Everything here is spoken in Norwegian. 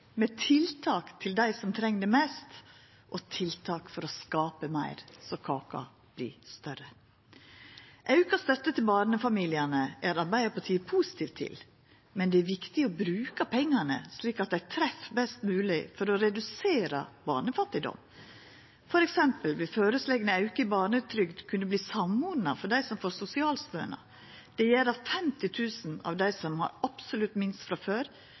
med tiltak for dei som treng det mest, og tiltak for å skapa meir, så kaka vert større. Auka støtte til barnefamiliane er Arbeidarpartiet positive til, men det er viktig å bruka pengane slik at dei treffer best mogleg for å redusera barnefattigdom. For eksempel vil føreslegne aukar i barnetrygd kunna verta samordna for dei som får sosialstønad. Det gjer at 50 000 av dei som har absolutt minst frå før,